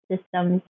systems